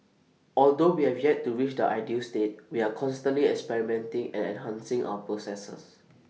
although we have yet to reach the ideal state we are constantly experimenting and enhancing our processes